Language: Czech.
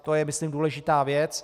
To je myslím důležitá věc.